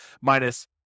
minus